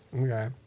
Okay